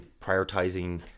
prioritizing